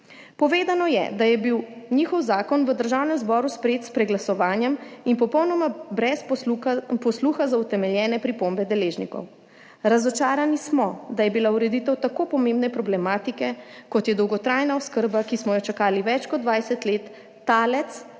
Povedano je, da je bil njihov zakon v Državnem zboru sprejet s preglasovanjem in popolnoma brez posluha za utemeljene pripombe deležnikov. Razočarani smo, da je bila ureditev tako pomembne problematike, kot je dolgotrajna oskrba, ki smo jo čakali več kot 20 let, talec